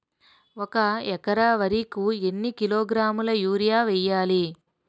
ఒక ఎకర వరి కు ఎన్ని కిలోగ్రాముల యూరియా వెయ్యాలి?